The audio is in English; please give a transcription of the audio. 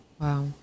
wow